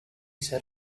said